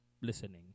listening